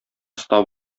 оста